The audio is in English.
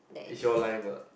is your life what